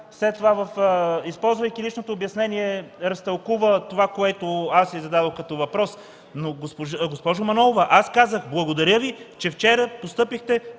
че тя използвайки личното обяснение разтълкува това, което аз й зададох като въпрос, но, госпожо Манолова, аз казах: благодаря Ви, че вчера постъпихте